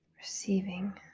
receiving